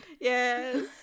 Yes